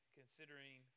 considering